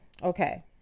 Okay